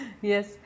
Yes